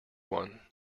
one